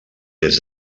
des